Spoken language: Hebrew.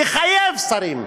לחייב שרים,